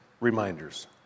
reminders